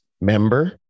member